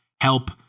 help